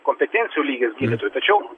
kompetencijų lygis gydytojų tačiau